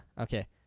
Okay